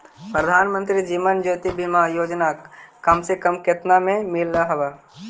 प्रधानमंत्री जीवन ज्योति बीमा योजना कम से कम केतना में मिल हव